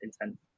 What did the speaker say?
intent